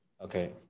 Okay